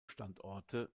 standorte